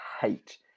hate